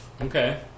Okay